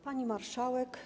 Pani Marszałek!